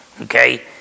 Okay